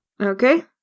Okay